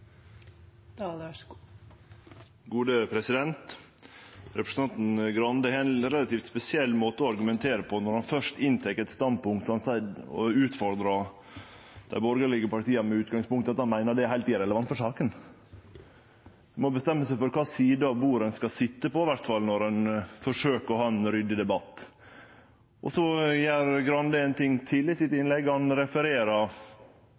Grande har ein relativt spesiell måte å argumentere på når han først tek eit standpunkt og utfordrar dei borgarlege partia med utgangspunkt i at han meiner det er heilt irrelevant for saka. Han må bestemme seg for kva side av bordet han skal sitje på, iallfall, når ein forsøkjer å ha ein ryddig debatt. Så gjer Grande ein ting til i sitt